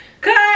Cut